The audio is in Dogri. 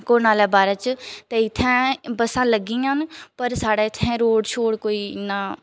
कोह् नाला बारै च ते इ'त्थें बस्सां लग्गी दियां न पर साढ़े इ'त्थें रोड छोड कोई इ'न्ना